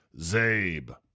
Zabe